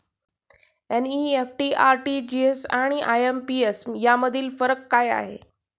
NEFT, RTGS आणि IMPS यामधील फरक काय आहे?